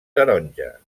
taronja